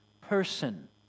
person